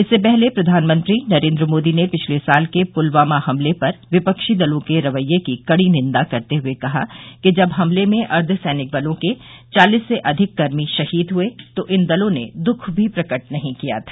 इससे पहले प्रधानमंत्री नरेंद्र मोदी ने पिछले साल के पुलवामा हमले पर विपक्षी दलों के रवैये की कड़ी निंदा करते हुए कहा कि जब हमले में अर्द्घसैनिक बलों के चालिस से अधिक कर्मी शहीद हुए तो इन दलों ने दुख भी प्रकट नहीं किया था